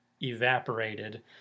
evaporated